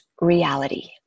reality